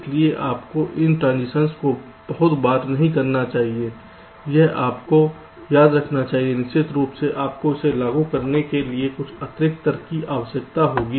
इसलिए आपको इन ट्रांसिशन्स को बहुत बार नहीं करना चाहिए यह आपको याद रखना चाहिए निश्चित रूप से आपको इसे लागू करने के लिए कुछ अतिरिक्त तर्क की आवश्यकता होगी